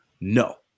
No